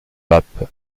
pape